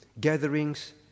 gatherings